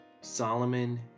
Solomon